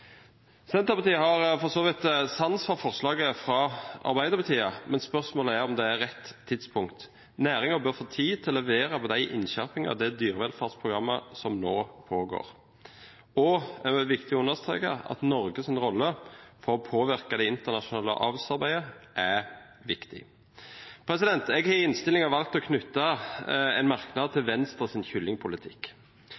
Senterpartiet har for så vidt sans for forslaget fra Arbeiderpartiet, spørsmålet er om det er rett tidspunkt. Næringen bør få tid til å levere på de innskjerpingene og de dyrevelferdsprogrammene som nå pågår. Det er viktig å understreke at Norges rolle for å påvirke det internasjonale avlsarbeidet er viktig. Jeg har i innstillingen valgt å knytte en merknad til